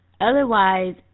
Otherwise